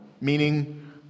meaning